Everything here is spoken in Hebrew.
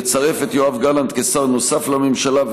לצרף את יואב גלנט כשר נוסף לממשלה,